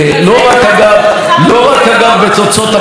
לא רק, אגב, בגלל